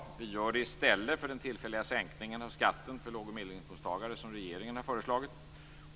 Det vill vi ha i stället för den tillfälliga sänkning av skatten för låg och medelinkomsttagare som regeringen har föreslagit.